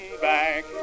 back